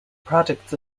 products